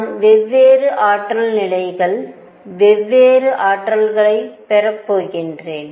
நான் வெவ்வேறு ஆற்றல் நிலைகள் வெவ்வேறு ஆற்றல்களைப் பெறப்போகிறேன்